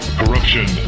corruption